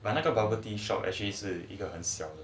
but 那个 bubble tea shop actually 是一个小